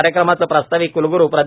कार्यक्रमाचं प्रास्ताविक क्लगुरू प्रो